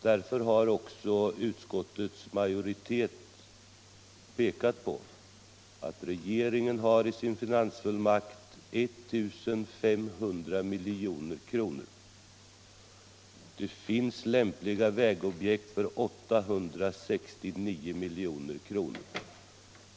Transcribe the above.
Därför har också utskottets majoritet visat på att regeringen i sin finansfullmakt har 1 500 milj.kr. Det finns lämpliga vägobjekt för 869 milj.kr.